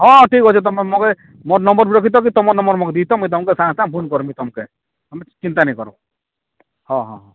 ହଁ ଠିକ୍ ଅଛି ତୁମେ ମୋକେ ମୋର୍ ନମ୍ୱର୍ ଭି ରଖିଥାଅ କି ତୁମ ନମ୍ୱର୍ ବି ଦେଇଥାଅ ମୁଁ ତୁମକୁ ସାଙ୍ଗ୍ ସାଙ୍ଗ୍ ଫୋନ୍ କରିମି ତୁମ୍କେ ତୁମେ ଚିନ୍ତା ନାଇଁ କର ହଁ ହଁ ହଁ